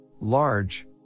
Large